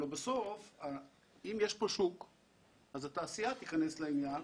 הלוא בסוף אם יש פה שוק אז התעשייה תיכנס לעניין,